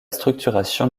structuration